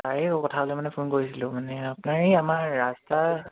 তাৰেই কথা হ'লে মানে ফোন কৰিছিলোঁ মানে আপোনাৰ এই আমাৰ ৰাস্তা